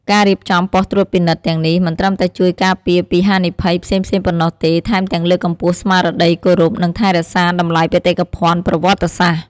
ការរៀបចំប៉ុស្តិ៍ត្រួតពិនិត្យទាំងនេះ មិនត្រឹមតែជួយការពារពីហានិភ័យផ្សេងៗប៉ុណ្ណោះទេ ថែមទាំងលើកកម្ពស់ស្មារតីគោរព និងថែរក្សាតម្លៃបេតិកភណ្ឌប្រវត្តិសាស្ត្រ។